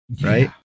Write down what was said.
right